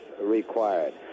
required